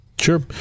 Sure